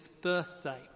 birthday